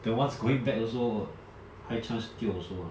the ones going back also high chance tio also ah